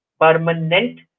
permanent